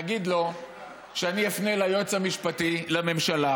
תגיד לו שאני אפנה ליועץ המשפטי לממשלה